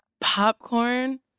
Popcorn